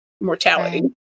mortality